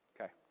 Okay